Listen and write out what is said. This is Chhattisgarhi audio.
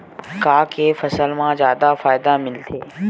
का के फसल मा जादा फ़ायदा मिलथे?